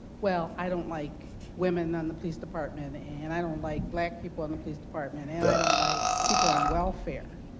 well, i don't like women on the police department and i don't like black people on the police department, and i don't like people on welfare.